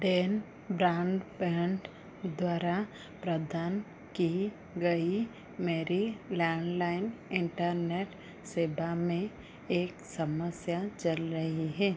then ड्रान पेंट द्वारा प्रदान की गई मेरी लैंडलाइन इन्टरनेट सेवा में एक समस्या चल रही है